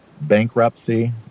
bankruptcy